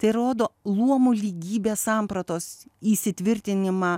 tai rodo luomų lygybės sampratos įsitvirtinimą